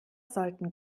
sollten